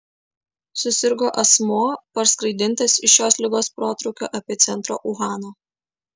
susirgo asmuo parskraidintas iš šios ligos protrūkio epicentro uhano